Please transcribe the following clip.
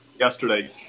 yesterday